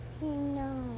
No